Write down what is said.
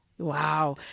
Wow